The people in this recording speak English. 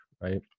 right